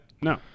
No